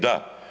Da.